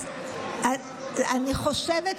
אז, אני רק אומר: